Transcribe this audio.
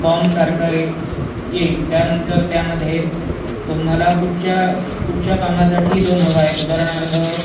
फॉर्मसारखा एक येईल त्यानंतर त्यामध्ये तुम्हाला कुठच्या कुठच्या कामासाठी लोन हवं आहे उदाहरणार्थ